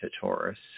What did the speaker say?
Taurus